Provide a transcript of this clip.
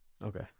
Okay